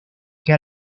que